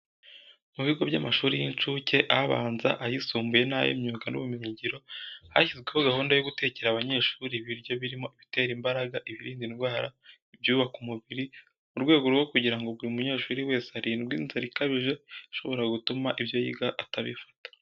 Mu bigo by'amashuri y'incuke, abanza, ayisumbuye n'ay'imyuga n'ubumenyingiro, hashyizweho gahunda yo gutekera abanyeshuri ibiryo birimo ibitera imbaraga, ibirinda indwara, ibyubaka umubiri, mu rwego rwo kugira ngo buri munyeshuri wese arindwe inzara ikabije ishobora no gutuma ibyo yiga atabifata.